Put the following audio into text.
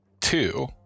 two